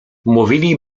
mówili